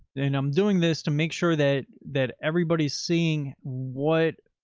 then i'm doing this to make sure that that everybody's seeing what,